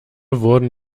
wurden